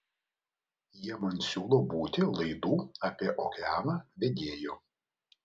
jie man siūlo būti laidų apie okeaną vedėju